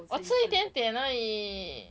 我吃一点点而已